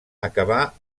acabà